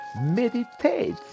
Meditate